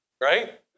right